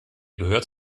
gehört